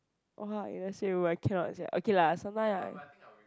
!wah! if it was me I cannot sia okay lah sometime I